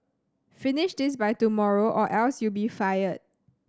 finish this by tomorrow or else you'll be fired